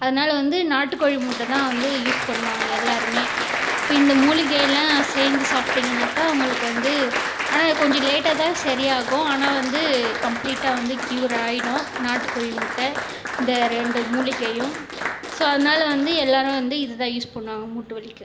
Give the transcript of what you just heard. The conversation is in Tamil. அதனால் வந்து நாட்டுக்கோழி முட்டை தான் வந்து யூஸ் பண்ணுவாங்க எல்லோருமே இப்போது இந்த மூலிகைல்லாம் செஞ்சு சாப்பிட்டீங்கன்னாக்க உங்களுக்கு வந்து ஆனால் கொஞ்சம் லேட்டாக தான் சரியாகும் ஆனால் வந்து கம்ப்ளீட்டாக வந்து கியூர் ஆகிடும் நாட்டுக்கோழி முட்டை இந்த ரெண்டு மூலிகையும் ஸோ அதனால் வந்து எல்லோரும் வந்து இது தான் யூஸ் பண்ணுவாங்க மூட்டுவலிக்கு